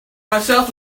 myself